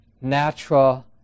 natural